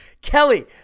Kelly